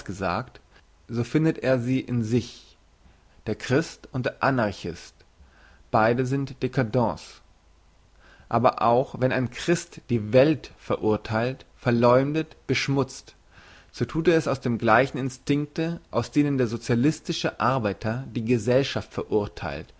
gesagt so findet er sie in sich der christ und der anarchist beide sind dcadents aber auch wenn der christ die welt verurtheilt verleumdet beschmutzt so thut er es aus dem gleichen instinkte aus dem der socialistische arbeiter die gesellschaft verurtheilt